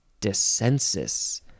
dissensus